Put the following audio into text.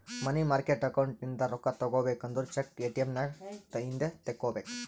ಮನಿ market account ಇಂದ ರೊಕ್ಕಾ ತಗೋಬೇಕು ಅಂದುರ್ ಚೆಕ್, ಎ.ಟಿ.ಎಮ್ ನಾಗ್ ಇಂದೆ ತೆಕ್ಕೋಬೇಕ್